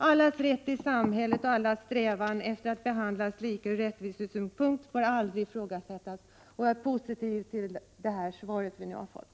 Allas rätt i samhället och allas strävan när det gäller att behandla människor lika ur rättvisesynpunkt får aldrig ifrågasättas. Avslutningsvis vill jag än en gång säga att jag är positiv till det svar som lämnats.